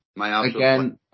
again